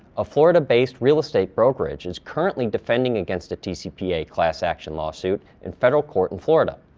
a florida-based real estate brokerage is currently defending against a tcpa class action lawsuit in federal court in florida,